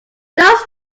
does